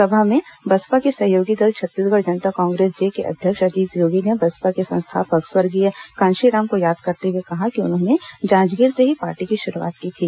सभा में बसपा के सहयोगी दल छत्तीसगढ़ जनता कांग्रेस जे के अध्यक्ष अजीत जोगी ने बसपा के संस्थापक स्वर्गीय कांशीराम को याद करते हए कहा कि उन्होंने जांजगीर से ही पार्टी की शुरूआत की थी